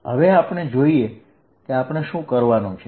હવે આપણે જોઈએ કે આપણે શું કરવાનું છે